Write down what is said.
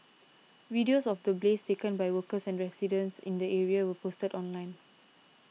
videos of the blaze taken by workers and residents in the area were posted online